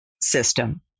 system